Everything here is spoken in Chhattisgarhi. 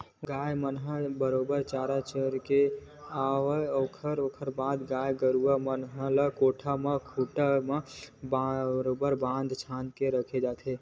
गाय गरुवा मन ह बरोबर चर चुरा के जब आवय ओखर बाद गाय गरुवा मन ल कोठा म खूंटा म बरोबर बांध छांद के रखे जाथे